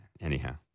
Anyhow